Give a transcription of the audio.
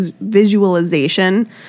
visualization